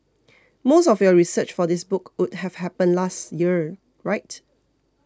most of your research for this book would have happened last year right